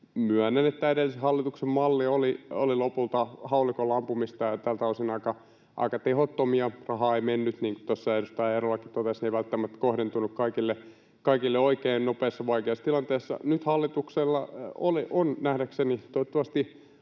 Myönnän, että edellisen hallituksen malli oli lopulta haulikolla ampumista ja tältä osin aika tehoton. Raha ei, niin kuin tuossa edustaja Eerolakin totesi, välttämättä kohdentunut kaikille oikein nopeassa, vaikeassa tilanteessa. Nyt hallituksella on nähdäkseni, toivottavasti,